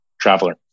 traveler